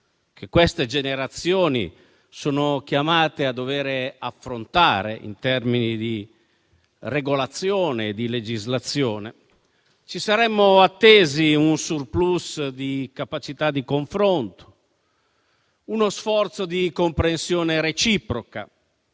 che queste generazioni sono chiamate a dover affrontare in termini di regolazione e di legislazione, ci saremmo attesi un *surplus* di capacità di confronto, uno sforzo di comprensione reciproca,